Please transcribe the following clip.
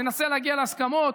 ננסה להגיע להסכמות,